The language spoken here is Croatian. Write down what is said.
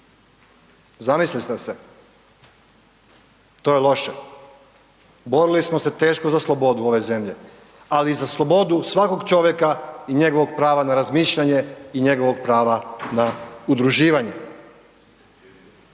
Zamislili ste se. To je loše, borili smo se teško za slobodu ove zemlje, ali i za slobodu svakog čovjeka i njegovog prava na razmišljanje i njegovog prava na udruživanje.